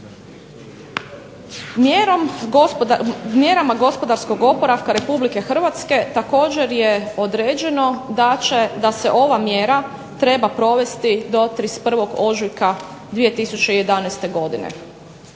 Mjerama gospodarskog oporavka Republike Hrvatske također je određeno da se ova mjera treba provesti do 31. ožujka 2011. godine,